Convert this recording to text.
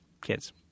Kids